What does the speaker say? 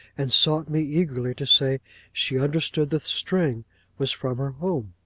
and sought me eagerly to say she understood the string was from her home.